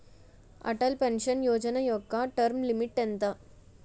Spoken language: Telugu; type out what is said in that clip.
అటల్ పెన్షన్ యోజన యెక్క టర్మ్ లిమిట్ ఎంత?